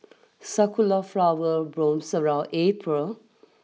sakura flower blooms around April